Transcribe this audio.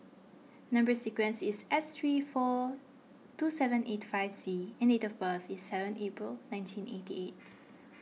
Number Sequence is S three four two seven eight five C and date of birth is seven April nineteen eighty eight